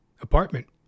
apartment